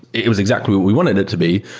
it it was exactly what we wanted it to be,